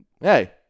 hey